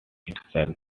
itself